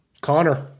Connor